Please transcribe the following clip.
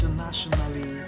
internationally